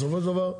בסופו של דבר,